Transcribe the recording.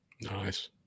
Nice